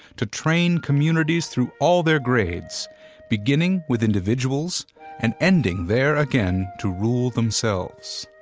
to train communities through all their grades beginning with individuals and ending there again to rule themselves.